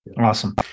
Awesome